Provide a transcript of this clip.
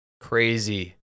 Crazy